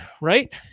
right